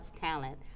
talent